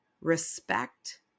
respect